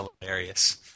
hilarious